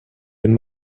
den